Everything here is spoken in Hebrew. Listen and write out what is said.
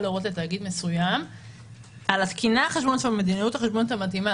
להורות לתאגיד מסוים על התקינה החשבונאית והמדיניות החשבונאית המתאימה.